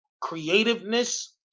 creativeness